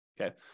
okay